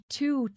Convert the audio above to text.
two